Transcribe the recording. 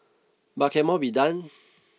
but can more be done